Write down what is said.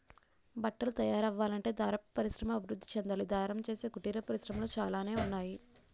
బట్టలు తయారవ్వాలంటే దారపు పరిశ్రమ అభివృద్ధి చెందాలి దారం చేసే కుటీర పరిశ్రమలు చాలానే ఉన్నాయి